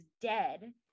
dead